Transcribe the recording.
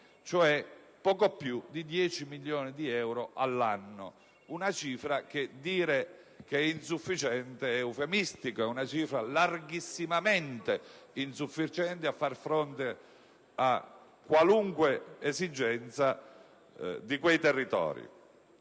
cioè poco più di 10 milioni di euro all'anno, una cifra che definire insufficiente è eufemistico: si tratta di una cifra larghissimamente insufficiente a far fronte a qualunque esigenza di quei territori.